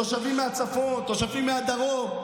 תושבים מהצפון, תושבים מהדרום.